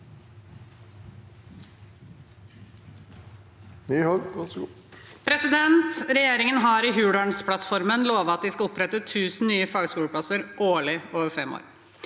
Regjeringen har i Hurdalsplattformen lovet at de skal opprette 1 000 nye fagskoleplasser årlig over fem år.